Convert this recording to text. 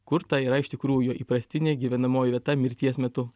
kur ta yra iš tikrųjų jo įprastinė gyvenamoji vieta mirties metu